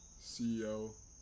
CEO